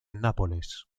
nápoles